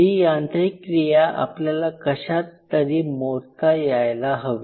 ही यांत्रिक क्रिया आपल्याला कशात तरी मोजता यायला हवी